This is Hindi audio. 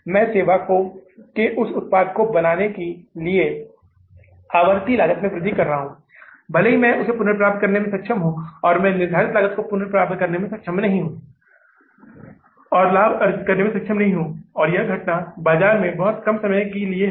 मैं सेवा के उस उत्पाद को बनाने के लिए आवर्ती लागत में वृद्धि कर रहा हूं भले ही मैं उसे पुनर्प्राप्त करने में सक्षम हूं और मैं निर्धारित लागत को पुनर्प्राप्त करने में सक्षम नहीं हूं और लाभ अर्जित करने में सक्षम नहीं हूं और यह घटना बाजार में बहुत कम समय की लिए है